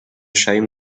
shame